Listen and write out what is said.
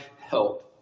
help